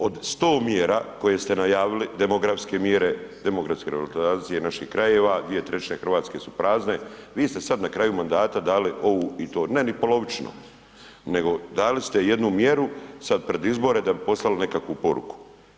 Od 100 mjera koje ste najavili, demografske mjere, demografske revitalizacije naših krajeva, 2/3 Hrvatske su prazne, vi ste sad na kraju mandata dali ovu i to ne ni polovičnu, nego dali ste jednu mjeru sad pred izbore da bi poslali nekakvu poruku.